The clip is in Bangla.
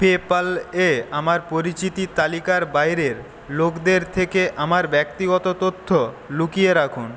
পেপ্যাল এ আমার পরিচিতি তালিকার বাইরের লোকদের থেকে আমার ব্যক্তিগত তথ্য লুকিয়ে রাখুন